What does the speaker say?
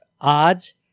odds